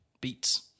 beats